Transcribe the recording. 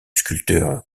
sculpteur